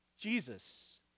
Jesus